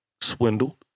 swindled